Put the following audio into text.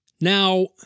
Now